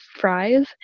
fries